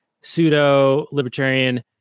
pseudo-libertarian